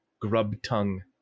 grub-tongue